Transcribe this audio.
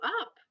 up